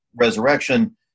resurrection